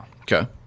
Okay